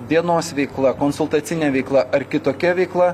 dienos veikla konsultacinė veikla ar kitokia veikla